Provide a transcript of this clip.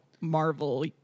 Marvel